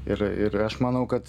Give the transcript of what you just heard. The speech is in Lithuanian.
ir ir aš manau kad